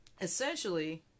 essentially